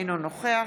אינו נוכח